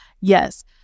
Yes